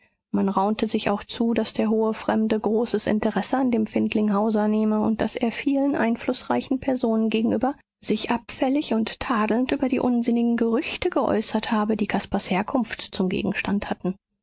man raunte sich auch zu daß der hohe fremde großes interesse an dem findling hauser nehme und daß er vielen einflußreichen personen gegenüber sich abfällig und tadelnd über die unsinnigen gerüchte geäußert habe die caspars herkunft zum gegenstand hatten